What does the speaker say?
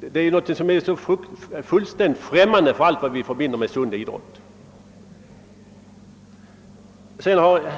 Detta är ju någonting som är så fullständigt främmande för allt vad vi förbinder med sund idrott.